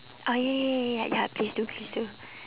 oh ya ya ya ya please do please do